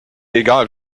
egal